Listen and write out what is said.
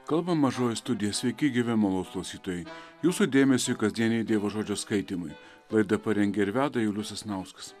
kalba mažoji studija sveiki gyvi malonūs klausytojai jūsų dėmesiui kasdieniai dievo žodžio skaitymai laida parengė ir veda julius sasnauskas